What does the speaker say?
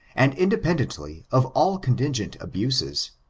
and, independently of all contingent abuses,